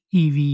ev